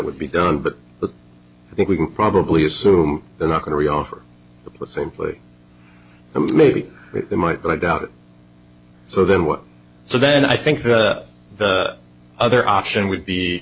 would be done but the i think we can probably assume they're not going to be over but simply maybe they might but i doubt it so then what so then i think the other option would be